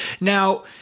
Now